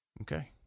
Okay